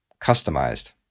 customized